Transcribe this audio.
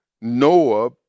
Noah